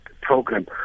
program